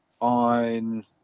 on